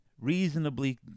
reasonably